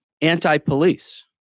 anti-police